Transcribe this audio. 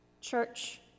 Church